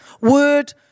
Word